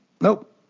Nope